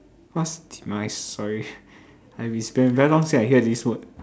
what's demise sorry I mean it's been very long since I hear this word